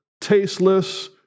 tasteless